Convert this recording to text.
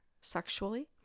sexually